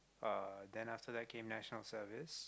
uh then after that came National Service